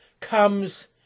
comes